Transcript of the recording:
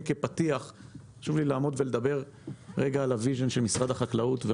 חשוב לי לדבר על החזון של משרד החקלאות.